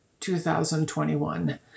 2021